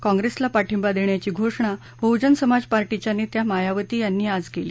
काँग्रेसला पाठिंबा देण्याची घोषणा बहजन समाज पार्टीच्या नेत्या मायावती यांनी आज केली